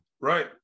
right